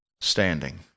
standing